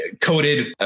coated